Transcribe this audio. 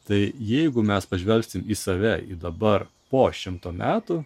tai jeigu mes pažvelgsim į save į dabar po šimto metų